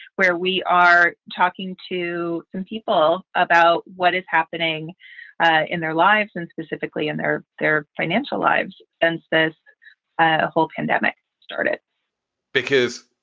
where we are talking to some people about what is happening ah in their lives and specifically in their their financial lives and this ah whole pandemic started because,